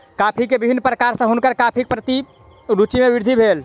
coffee के विभिन्न प्रकार सॅ हुनकर कॉफ़ीक प्रति रूचि मे वृद्धि भेल